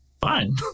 fine